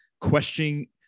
questioning